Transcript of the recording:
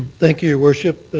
thank you your worship.